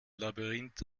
labyrinth